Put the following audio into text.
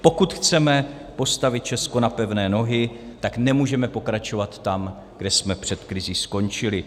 Pokud chceme postavit Česko na pevné nohy, tak nemůžeme pokračovat tam, kde jsme před krizí skončili.